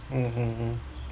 mmhmm mm